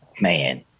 Man